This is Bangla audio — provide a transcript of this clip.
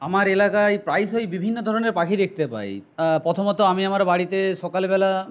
আমার এলাকায় প্রায়শই বিভিন্ন ধরনের পাখি দেখতে পাই প্রথমত আমি আমার বাড়িতে সকালবেলা